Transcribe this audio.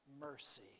Mercy